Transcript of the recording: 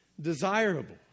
desirable